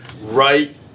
right